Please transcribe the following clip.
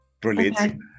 Brilliant